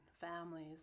families